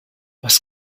was